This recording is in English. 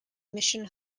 mission